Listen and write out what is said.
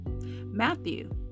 Matthew